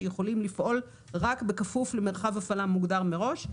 שיכולים לפעול רק בכפוף למרחב הפעלה מוגדר מראש.